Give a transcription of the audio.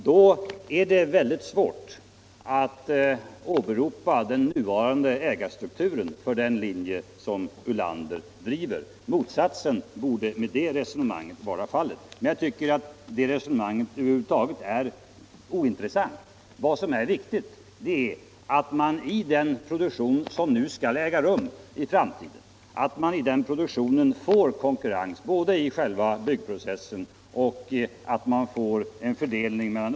Då är det mycket svårt att åberopa den nuvarande ägarstrukturen för den linje som herr Ulander driver. Motsatsen borde med det resonemanget vara fallet. Jag tycker emellertid att det resonemanget över huvud taget är ointressant. Det viktiga är att man i den produktion som skall äga rum i framtiden får konkurrens både i själva byggprocessen och i fastighetsförvaltningen.